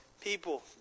people